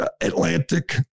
Atlantic